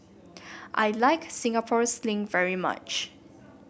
I Like Singapore Sling very much